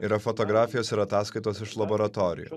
yra fotografijos ir ataskaitos iš laboratorijų